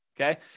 Okay